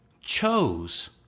chose